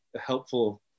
helpful